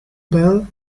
bell